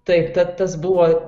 taip ta tas buvo